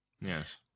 Yes